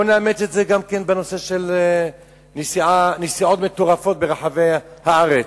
בואו נאמץ את זה גם בנושא של נסיעות מטורפות ברחבי הארץ,